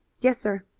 yes, sir.